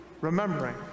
remembering